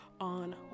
on